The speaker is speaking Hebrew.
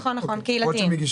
נכון, קהילתיים.